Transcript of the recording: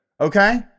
Okay